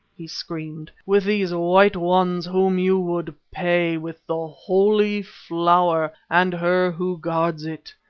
he screamed, with these white ones whom you would pay with the holy flower and her who guards it.